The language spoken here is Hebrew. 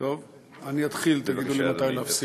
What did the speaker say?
אני אתחיל, תגידו לי מתי להפסיק.